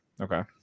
Okay